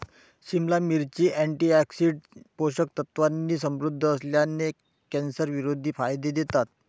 सिमला मिरची, अँटीऑक्सिडंट्स, पोषक तत्वांनी समृद्ध असल्याने, कॅन्सरविरोधी फायदे देतात